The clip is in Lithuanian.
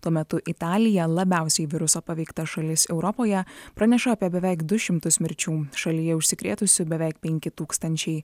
tuo metu italija labiausiai viruso paveikta šalis europoje praneša apie beveik du šimtus mirčių šalyje užsikrėtusių beveik penki tūkstančiai